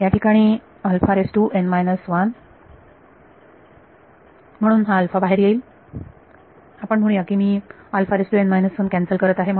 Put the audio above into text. याठिकाणी म्हणून हा अल्फा बाहेर येईल आपण म्हणू या की मी कॅन्सल करत आहे